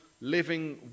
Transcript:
living